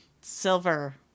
silver